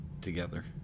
together